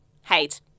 Hate